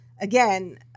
again